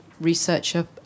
researcher